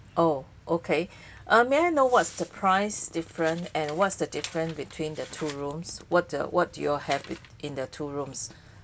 oh okay uh may I know what's the price difference and what's the different between the two rooms what the what do you all have in the two rooms